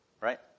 right